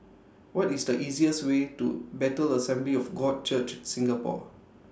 What IS The easiest Way to Bethel Assembly of God Church Singapore